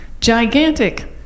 Gigantic